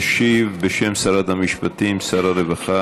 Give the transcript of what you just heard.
ישיב, בשם שר שרת המשפטים, שר הרווחה.